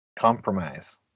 compromise